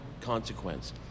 consequence